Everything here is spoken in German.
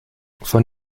von